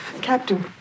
Captain